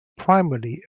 primarily